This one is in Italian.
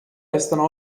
restano